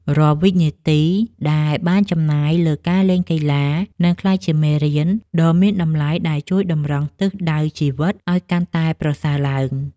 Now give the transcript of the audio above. រាល់វិនាទីដែលបានចំណាយលើការលេងកីឡានឹងក្លាយជាមេរៀនដ៏មានតម្លៃដែលជួយតម្រង់ទិសដៅជីវិតឱ្យកាន់តែប្រសើរឡើង។